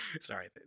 sorry